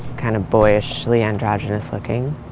kind of boyishly androgynous-looking.